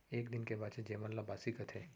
एक दिन के बांचे जेवन ल बासी कथें